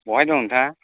बहाय दं ओनथाङा